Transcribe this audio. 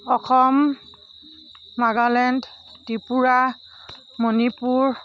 Assam Nagaland Tripura Manipur